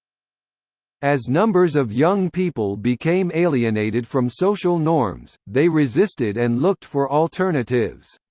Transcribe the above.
as numbers of young people became alienated from social norms, they resisted and looked for alternatives.